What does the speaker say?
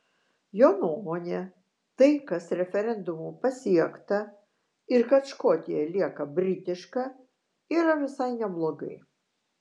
jo nuomone tai kas referendumu pasiekta ir kad škotija lieka britiška yra visai neblogai